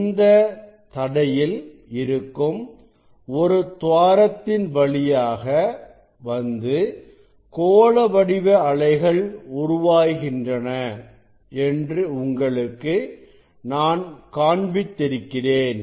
இது தடையில் இருக்கும் ஒரு துவாரத்தின் வழியாக வந்து கோள வடிவ அலைகள் உருவாகின்றன என்று உங்களுக்கு நான் காண்பித்திருக்கிறேன்